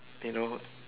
you know